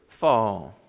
fall